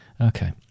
Okay